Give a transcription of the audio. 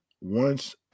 once-